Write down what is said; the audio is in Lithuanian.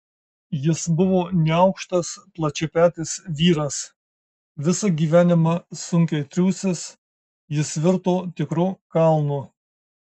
jis buvo neaukštas plačiapetis vyras visą gyvenimą sunkiai triūsęs jis virto tikru kalnu